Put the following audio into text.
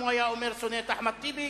אם הוא היה אומר שהוא שונא את אחמד טיבי,